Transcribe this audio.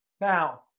Now